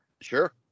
Sure